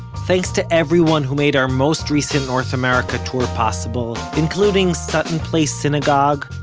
thanks to everyone who made our most recent north america tour possible, including sutton place synagogue,